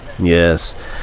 Yes